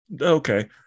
okay